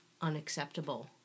unacceptable